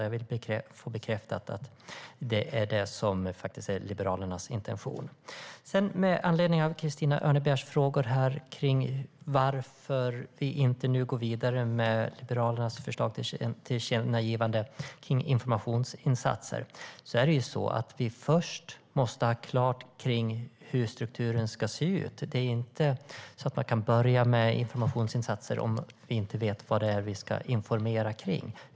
Jag vill få bekräftat att det är Liberalernas intention. Christina Örnebjär frågar varför vi inte går vidare med Liberalernas förslag om tillkännagivande av informationsinsatser. Först måste vi ha strukturen klar. Vi kan inte börja med informationsinsatser innan vi vet vad vi ska informera om.